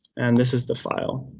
and this is the file.